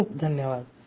खूप खूप धन्यवाद